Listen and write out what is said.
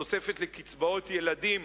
תוספת לקצבאות הילדים,